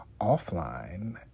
offline